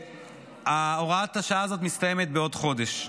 והוראת השעה הזו מסתיימת בעוד חודש.